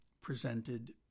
presented